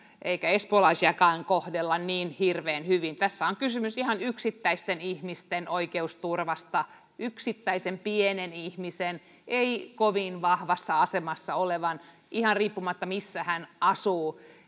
eikä espoolaisiakaan kohdella niin hirveän hyvin tässä on kysymys ihan yksittäisten ihmisten oikeusturvasta yksittäisen pienen ihmisen ei kovin vahvassa asemassa olevan ihan riippumatta siitä missä hän asuu